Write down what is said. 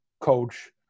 coach